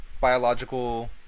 biological